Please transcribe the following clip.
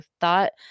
thought